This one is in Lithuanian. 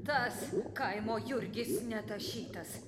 tas kaimo jurgis netašytas